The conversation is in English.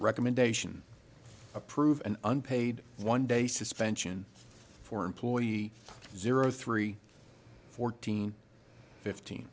recommendation approved an unpaid one day suspension for employee zero three fourteen fifteen